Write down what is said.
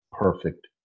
perfect